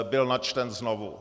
Byl načten znovu.